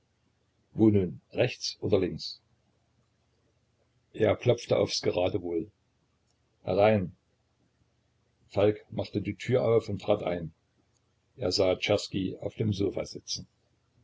nun rechts oder links er klopfte aufs geratewohl herein falk machte die tür auf und trat ein er sah czerski auf dem sofa sitzen